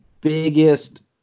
biggest